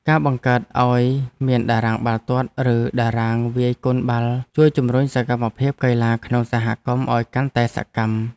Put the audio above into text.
ការបង្កើតឱ្យមានតារាងបាល់ទាត់ឬតារាងវាយកូនបាល់ជួយជម្រុញសកម្មភាពកីឡាក្នុងសហគមន៍ឱ្យកាន់តែសកម្ម។